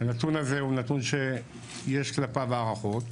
הנתון הזה הוא נתון שיש כלפיו הערכות.